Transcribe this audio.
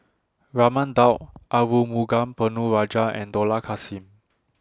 Raman Daud Arumugam Ponnu Rajah and Dollah Kassim